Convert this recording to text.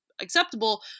acceptable